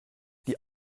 die